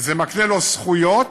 זה מקנה לו זכויות,